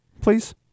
please